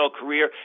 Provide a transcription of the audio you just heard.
career